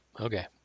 Okay